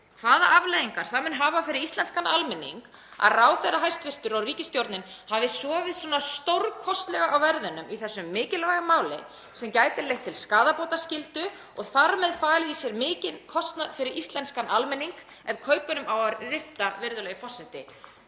hvaða afleiðingar það muni hafa fyrir íslenskan almenning að hæstv. ráðherra og ríkisstjórnin hafi sofið svona stórkostlega á verðinum í þessu mikilvæga máli sem gæti leitt til skaðabótaskyldu og þar með falið í sér mikinn kostnað fyrir íslenskan almenning ef kaupunum á að rifta. Það er kjarni